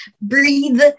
breathe